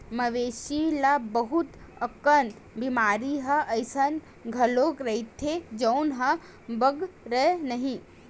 मवेशी ल बहुत अकन बेमारी ह अइसन घलो रहिथे जउन ह बगरय नहिं